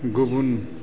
गुबुन